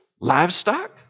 livestock